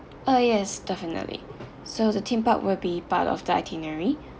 oh yes definitely so the theme park will be part of the itinerary